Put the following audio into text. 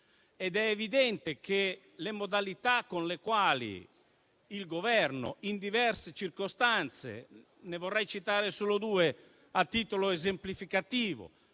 È evidente che le modalità con le quali il Governo, in diverse circostanze (ne vorrei citare solo due a titolo esemplificativo),